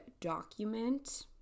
document